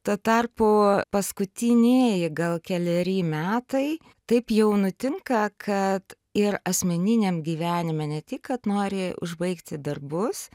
tuo tarpu paskutinieji gal keleri metai taip jau nutinka kad ir asmeniniam gyvenime ne tik kad nori užbaigti darbus